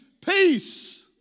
peace